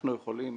אנחנו יכולים